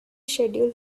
schedule